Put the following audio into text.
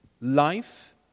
life